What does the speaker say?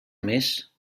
més